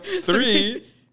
three